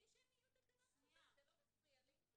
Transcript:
מצידי שהן תהיינה תקנות חובה, זה לא מפריע לי.